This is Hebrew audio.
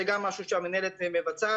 זה גם משהו שהמנהלת מבצעת.